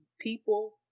people